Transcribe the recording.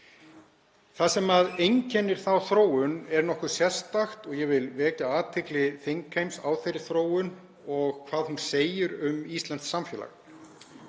Það sem einkennir þá þróun er nokkuð sérstakt og ég vil vekja athygli þingheims á þeirri þróun og hvað hún segir um íslenskt samfélag.